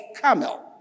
Camel